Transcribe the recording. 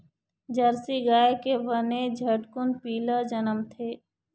Jersey गाय के बने झटकुन पिला जनमथे